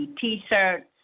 t-shirts